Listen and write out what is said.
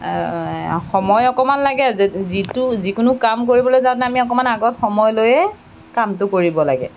সময় অকণমান লাগে যিটো যিকোনো কাম কৰিবলৈ যাওঁতে আমি অকণমান আগত সময় লৈয়ে কামটো কৰিব লাগে